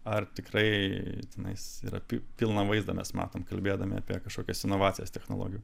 ar tikrai tenais yra pi pilną vaizdą mes matom kalbėdami apie kažkokias inovacijas technologijų